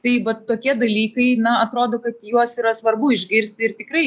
tai vat tokie dalykai na atrodo kad juos yra svarbu išgirsti ir tikrai